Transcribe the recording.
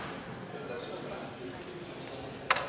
Благодаря,